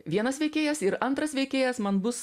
vienas veikėjas ir antras veikėjas man bus